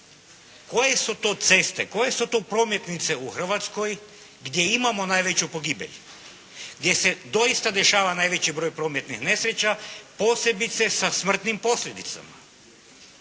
koje su to ceste, koje su to prometnice u Hrvatskoj gdje imamo najveću pogibelj, gdje se doista dešava najveći broj prometnih nesreća, posebice sa smrtnim posljedicama.